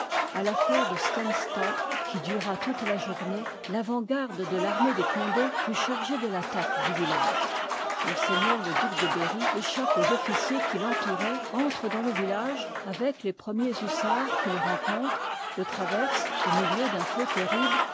a taffairc de steinstadt ui dura toute la journée tavant garde de l'armée de condé fut chargée de tattaque du village m le duc de berry échappe aux officiers qui tcntouroient entre dans le village avec les premiers hussards qu'il i part rencontre le traverse au milieu d'un feu i terrible